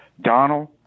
Donald